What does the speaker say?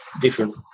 different